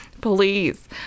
Please